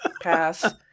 Pass